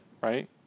right